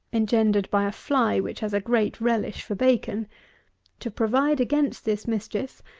engendered by a fly which has a great relish for bacon to provide against this mischief,